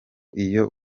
iyo